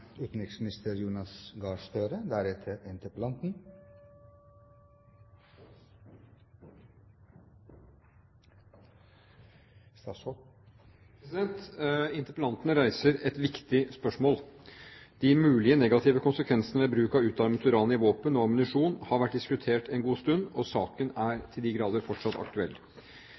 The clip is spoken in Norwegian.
Interpellanten reiser et viktig spørsmål. De mulige negative konsekvensene ved bruk av utarmet uran i våpen og ammunisjon har vært diskutert en god stund, og saken er til de grader fortsatt aktuell.